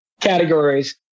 categories